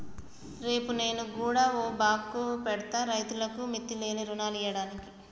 రేపు నేను గుడ ఓ బాంకు పెడ్తా, రైతులకు మిత్తిలేని రుణాలియ్యడానికి